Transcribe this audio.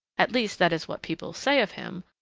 at least that is what people say of him,